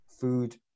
food